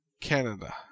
Canada